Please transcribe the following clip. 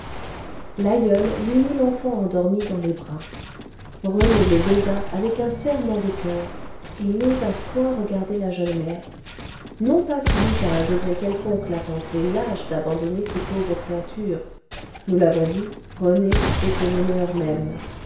l'aïeule lui mit l'enfant endormi dans les bras rené le baisa avec un serrement de coeur et n'osa point regarder la jeune mère non pas qu'il eût à un degré quelconque la pensée lâche d'abandonner ces pauvres créatures nous l'avons dit rené était l'honneur même